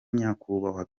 nyakubahwa